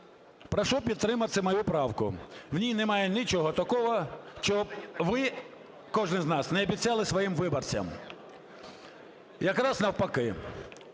Прошу підтримати мою правку. В ній немає нічого такого, чого б ви, кожний з нас, не обіцяли своїм виборцям, якраз навпаки.